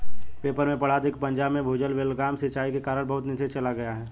paper में पढ़ा था कि पंजाब में भूजल बेलगाम सिंचाई के कारण बहुत नीचे चल गया है